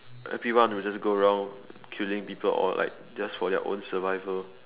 everyone would just go around killing people or like just for their own survival